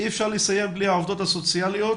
אי אפשר לסיים בלי העובדות הסוציאליות.